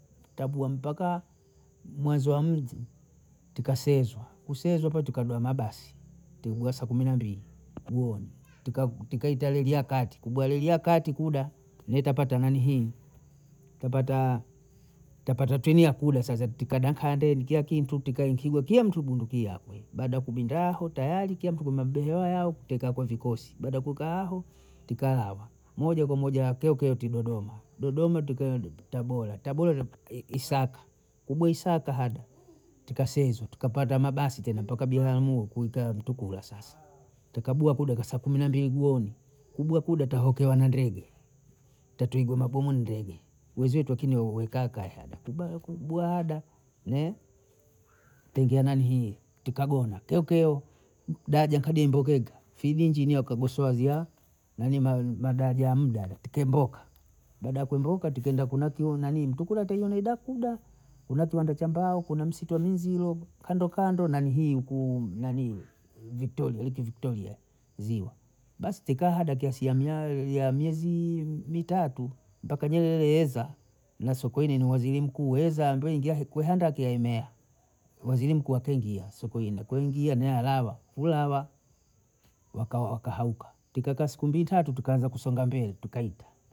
Tabu ya mpaka mweza wamumvi, tikasezwa kusezwa pale tuebwa na basi, tukwa saa kumi na mbili jioni, tukaita reli ya kati, kubwa reli ya kati kuda, neitapata nanihii tapata tapata treni ya kuda sasa tikada kandeni kiya kintu tikaenkigo kiya bunduki yakwe baada ya kubinda hao tayari kila mtu kwenye mabehewa yao tekaa kwa vikosi, baada ya kukaa hao tikalawa moja kwa moja akeketi Dodoma, Dodoma tukaenda tabora, tabora isaka, kubwe isaka hada tikasezwa tukapanda mabasi tena mpaka biharamlo kuita mtukula sasa, tukabwia kuda ka saa kumi na mbili jioni kubwe kubwa taokea na ndege, tatuigamabomu i ndege wezwetu akini waikakaa, kubaya kubwiahada ne kuingia nanihii tikagoma kkiokio daaja kadimbukega fildi injinia kagosowa hazia madaaja ya muda kendoka, baada ya kuondoka tikaenda kuna kuna ke- nani mtukula twaiona hida kuda, kuna kiwanja cha mbao, kuna msitu wa mizilo kandondo nanihii huku nanii Viktoria leki viktoria ziwa, basi teka hada kiasi ya miayo ya miezi mitatu mpaka Nyerere yeza na sokoine niwa waziri mkuu weza ndo ingia heku handaki aemea, waziri mkuu akaingia sokoine, kuingia naye halawa hehawa wakawauka, tikakaa siku mbili tatu tikaanza kusonga mbele tukauka